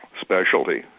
specialty